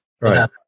Right